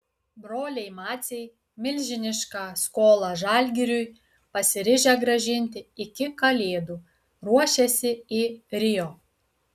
broliai maciai milžinišką skolą žalgiriui pasiryžę grąžinti iki kalėdų ruošiasi į rio